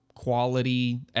quality